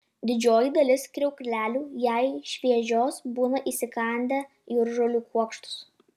didžioji dalis kriauklelių jei šviežios būna įsikandę jūržolių kuokštus